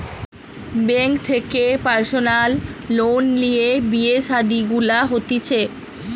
bank থেকে personal loan লিয়ে বিয়ে শাদী গুলা হতিছে